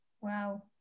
Wow